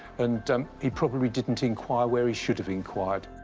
and um he probably didn't inquire where he should have inquired.